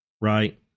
Right